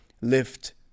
lift